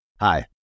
Hi